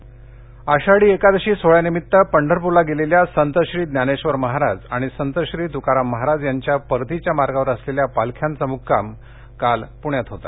वारी आषाढी एकादशी सोहळ्यानिमित्त पंढरपूरला गेलेल्या संत श्री ज्ञानेश्वर महाराज आणि संत श्री तुकाराम महाराज यांच्या परतीच्या मार्गावर असलेल्या पालख्यांचा मुक्काम काल पुण्यात होता